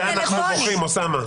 על זה אנחנו בוכים, אוסאמה.